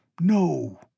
no